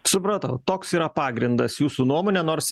supratau toks yra pagrindas jūsų nuomone nors